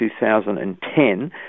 2010